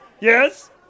Yes